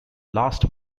last